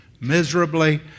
miserably